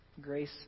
Grace